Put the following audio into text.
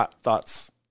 thoughts